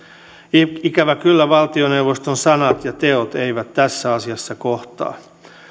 ikävä kyllä valtioneuvoston sanat ja teot eivät tässä asiassa kohtaa